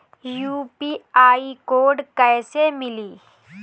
UPI code कैसे मिली?